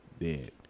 dead